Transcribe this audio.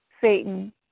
satan